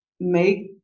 Make